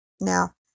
now